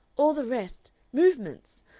all the rest movements!